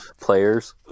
players